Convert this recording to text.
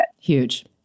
Huge